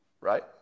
Right